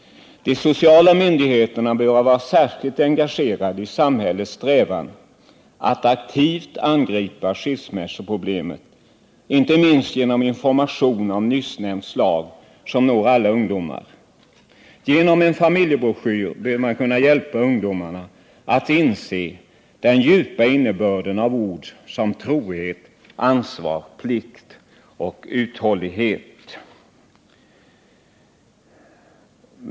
De sociala myndigheterna behöver vara särskilt engagerade i samhällets strävan att aktivt angripa skilsmässoproblemet, inte minst genom information av nyssnämnt slag, som når alla ungdomar. Genom en familjebroschyr bör man hjälpa ungdomarna att inse den djupa innebörden av ord som trohet, ansvar, plikt och uthållighet.